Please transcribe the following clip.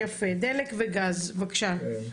יפה, דלק וגז, בבקשה.